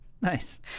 nice